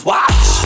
Watch